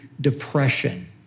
depression